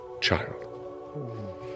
child